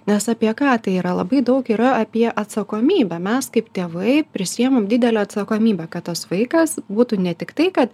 nes apie ką tai yra labai daug yra apie atsakomybę mes kaip tėvai prisiimam didelę atsakomybę kad tas vaikas būtų ne tiktai kad